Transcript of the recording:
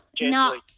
no